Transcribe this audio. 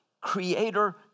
creator